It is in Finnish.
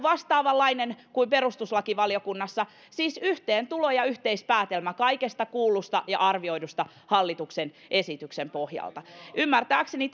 vastaavanlainen kuin perustuslakivaliokunnassa siis yhteentulo ja yhteispäätelmä kaikesta kuullusta ja arvioidusta hallituksen esityksen pohjalta ymmärtääkseni